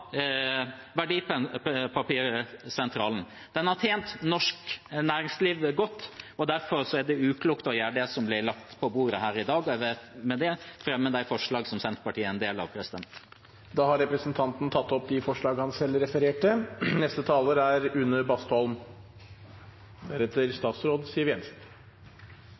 Den har tjent norsk næringsliv godt, og derfor er det uklokt å gjøre det som blir lagt på bordet her i dag. Jeg vil med det fremme forslagene nr. 3–5. Da har representanten Sigbjørn Gjelsvik tatt opp de forslagene han refererte til. Dette er